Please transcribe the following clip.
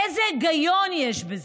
איזה היגיון יש בזה?